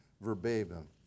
verbatim